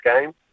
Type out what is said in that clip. game